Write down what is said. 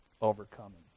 Overcoming